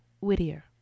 Whittier